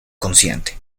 consciente